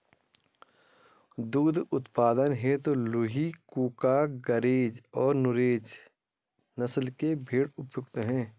दुग्ध उत्पादन हेतु लूही, कूका, गरेज और नुरेज नस्ल के भेंड़ उपयुक्त है